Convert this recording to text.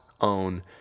own